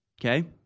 okay